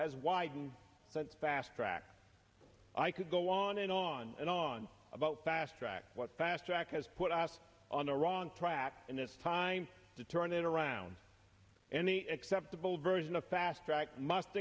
widened fast track i could go on and on and on about fast track what fast track has put us on the wrong track and it's time to turn it around and acceptable version of fast track must